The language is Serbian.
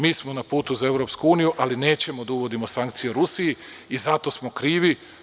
Mi smo na putu za EU, ali nećemo da uvodimo sankcije Rusiji i zato smo krivi.